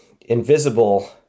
invisible